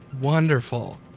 Wonderful